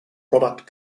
product